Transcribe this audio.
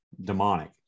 demonic